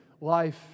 life